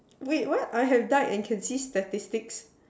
wait what I have died and conceived statistics